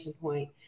point